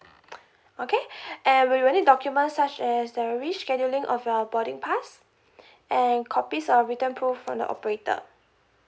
okay and we will need documents such as the rescheduling of your boarding pass and copies of written proof from the operator